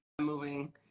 moving